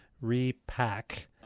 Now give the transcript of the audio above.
Repack